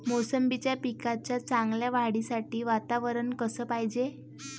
मोसंबीच्या पिकाच्या चांगल्या वाढीसाठी वातावरन कस पायजे?